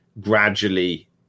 gradually